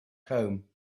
home